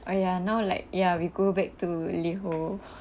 !aiya! now like ya we go back to liho